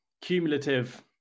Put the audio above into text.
cumulative